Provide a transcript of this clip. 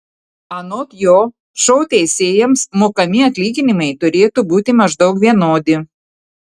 anot jo šou teisėjams mokami atlyginimai turėtų būti maždaug vienodi